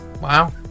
Wow